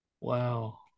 Wow